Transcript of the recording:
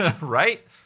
right